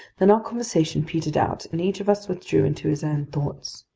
then our conversation petered out, and each of us withdrew into his own thoughts.